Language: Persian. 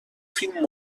فیلم